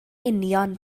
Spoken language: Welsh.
union